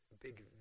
big